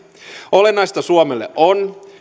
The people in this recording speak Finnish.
olennaista suomelle on